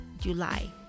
july